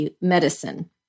medicine